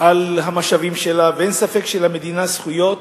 על המשאבים שלה, ואין ספק שלמדינה זכויות